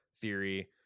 Theory